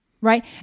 right